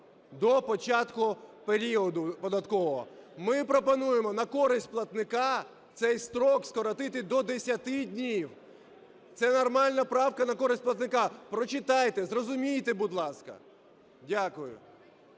до початку періоду податкового. Ми пропонуємо на користь платника цей строк скоротити до 10 днів. Це нормальна правка на користь платника. Прочитайте, зрозумійте, будь ласка. Дякую.